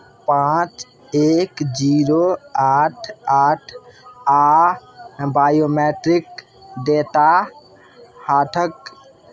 पाँच एक जीरो आठ आठ आ बायोमैट्रिक डेटा हाथक